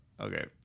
okay